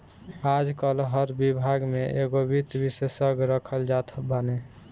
आजकाल हर विभाग में एगो वित्त विशेषज्ञ रखल जात बाने